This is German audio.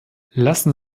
lassen